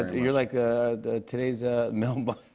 you're like ah today's ah mel but